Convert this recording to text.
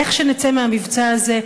איך שנצא מהמבצע הזה,